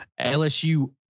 lsu